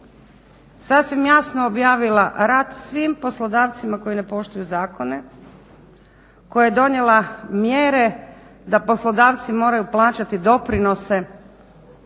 sasvim jasno objavila rat svim poslodavcima koji ne poštuju zakona koja je donijela mjere da poslodavci moraju plaćati doprinose